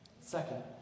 Second